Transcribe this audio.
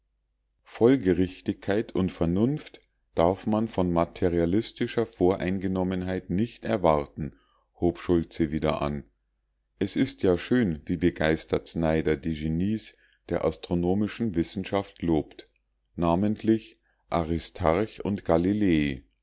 folgerichtigkeit und vernunft darf man von materialistischer voreingenommenheit nicht erwarten hub schultze wieder an es ist ja schön wie begeistert snyder die genies der astronomischen wissenschaft lobt namentlich aristarch und galilei